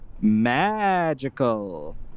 magical